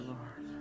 Lord